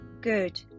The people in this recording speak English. good